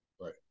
Right